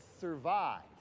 survive